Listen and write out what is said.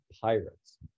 Pirates